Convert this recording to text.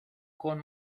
con